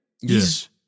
Yes